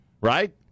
right